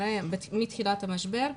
מתחילת המשבר,